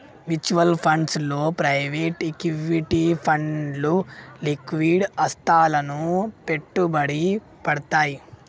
mutual funds లో private equity ఫండ్లు liquid ఆస్తులలో పెట్టుబడి పెడ్తయ్